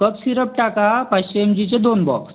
कफ syrup टाका पाचशे M जीचे दोन बॉक्स